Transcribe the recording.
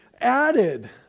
added